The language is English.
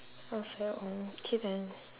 I was like oh okay then